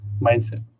mindset